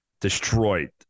destroyed